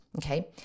Okay